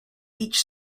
each